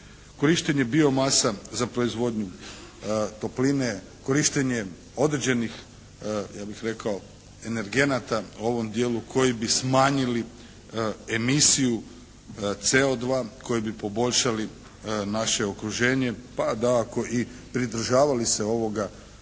korištenje biomasa za proizvodnju topline, korištenje određenih ja bih rekao energenata u ovom dijelu koji bi smanjili emisiju CO2, koji bi poboljšali naše okruženje pa dakako i pridržavali se ovoga